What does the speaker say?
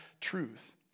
truth